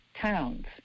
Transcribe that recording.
towns